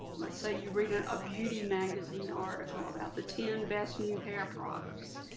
let's say you read a ah beauty magazine article about the ten best new hair products.